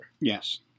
Yes